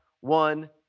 one